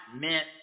meant